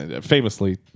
famously